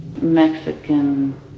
Mexican